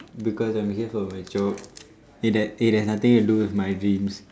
because I'm here for my job it h~ it has nothing to do with my dreams